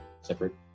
separate